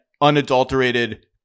unadulterated